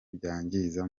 byangiza